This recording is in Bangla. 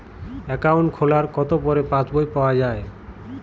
অ্যাকাউন্ট খোলার কতো পরে পাস বই পাওয়া য়ায়?